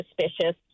suspicious